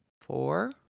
four